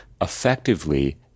effectively